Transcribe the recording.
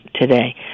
today